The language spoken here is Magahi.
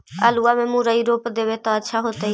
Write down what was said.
आलुआ में मुरई रोप देबई त अच्छा होतई?